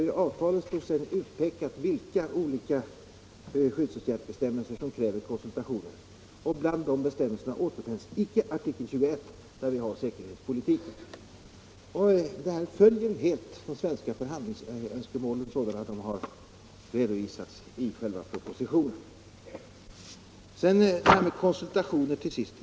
I avtalet står särskilt utpekat vilka olika skyddsåtgärdsbestämmelser som kräver konsultation. Bland de bestämmelserna återfinns icke artikel 21 som handlar om säkerhetspolitiken. Detta följer helt de svenska förhandlingsönskemålen som redovisats i propositionen. Till sist detta med konsultationen.